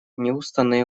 неустанные